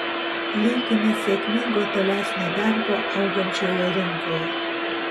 linkime sėkmingo tolesnio darbo augančioje rinkoje